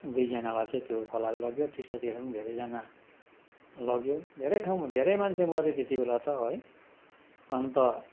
दुईजनालाई चाहिँ त्यो खोलाले लग्यो टिस्टातिर पनि धेरैजना लग्यो धेरै ठाउँमा धेरै मान्छे मर्यो त्यति बेला त है अन्त